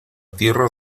tierra